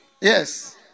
yes